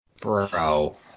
Bro